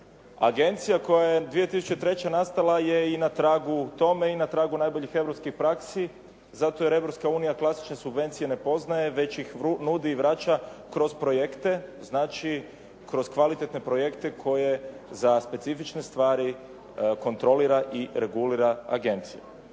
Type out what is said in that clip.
Agencija koja je 2003. nastala je i na tragu tome i na tragu najboljih europskih praksi zato jer Europska unija klasične subvencije ne poznaje već ih nudi i vraća kroz projekte, znači kroz kvalitetne projekte koje za specifične stvari kontrolira i regulira agencija.